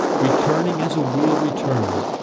returning as a wheel returns,